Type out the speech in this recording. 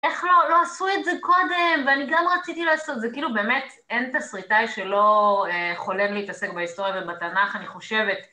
איך לא, לא עשו את זה קודם, ואני גם רציתי לעשות את זה, כאילו באמת אין תסריטאי שלא חולם להתעסק בהיסטוריה ובתנ״ך, אני חושבת.